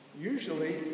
Usually